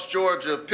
Georgia